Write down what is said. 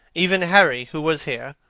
even harry, who was here,